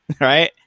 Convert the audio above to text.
right